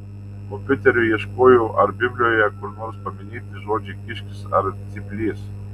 kompiuteriu ieškojau ar biblijoje kur nors paminėti žodžiai kiškis ar cyplys